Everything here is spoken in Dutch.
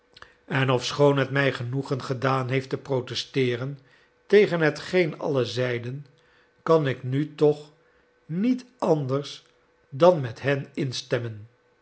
en ofschoon het mij genoegen gedaan heeft te protesteeren tegen hetgeen allen zeiden kan ik nu toch toch niet anders dan met hen instemmen